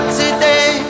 today